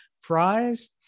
Fries